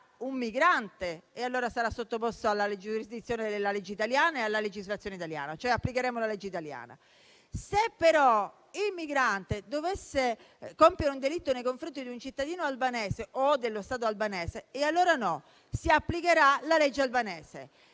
un migrante, allora sarà sottoposto alla giurisdizione della legge italiana e alla legislazione italiana, cioè applicheremo la legge italiana. Se però il migrante dovesse compiere un delitto nei confronti di un cittadino albanese o dello Stato albanese, allora si applicherà la legge albanese.